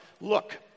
Look